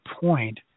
point